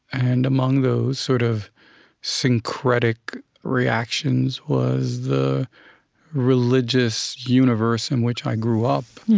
and among those sort of syncretic reactions was the religious universe in which i grew up,